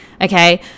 Okay